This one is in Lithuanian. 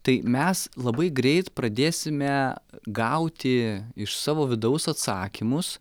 tai mes labai greit pradėsime gauti iš savo vidaus atsakymus